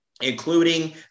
including